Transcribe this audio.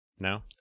No